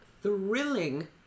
thrilling